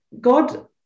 God